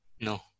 No